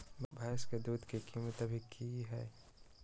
भैंस के दूध के कीमत अभी की हई?